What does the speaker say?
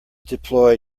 deploy